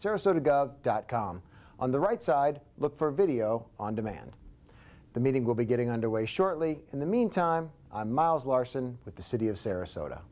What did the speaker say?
sarasota gov dot com on the right side look for video on demand the meeting will be getting underway shortly in the mean time miles larson with the city of sarasota